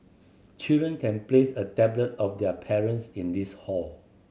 children can place a tablet of their parents in this hall